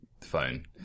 phone